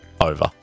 over